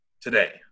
today